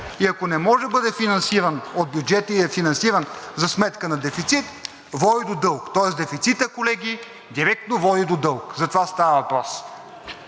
и ако не може да бъде финансиран от бюджета и е финансиран за сметка на дефицит, води до дълг, тоест дефицитът, колеги, директно води до дълг. Затова става въпрос.